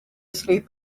sleep